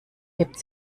hebt